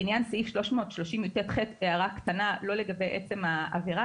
לעניין סעיף 330יט(ח) הערה קטנה לא לגבי עצם העבירה.